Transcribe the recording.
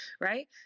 right